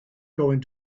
going